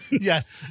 Yes